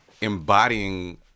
embodying